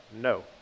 No